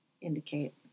indicate